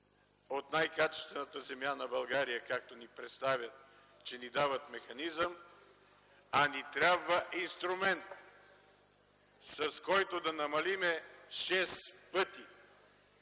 от най-качествената земя на България, както го представят, че ни дават механизъм, а ни трябва инструмент, с който да намалим шест пъти